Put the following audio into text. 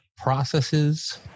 processes